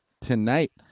tonight